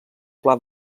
pla